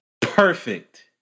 perfect